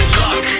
luck